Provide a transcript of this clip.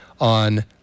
on